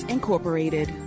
Incorporated